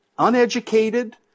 uneducated